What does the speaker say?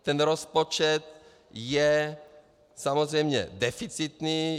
Ten rozpočet je samozřejmě deficitní.